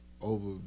over